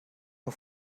nur